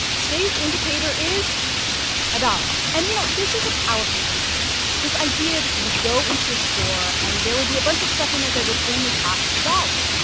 today's indicator is a dollar. and, you know, this is a powerful indicator this idea that you would go into a store, and there would be a bunch of stuff in there that would only cost a dollar.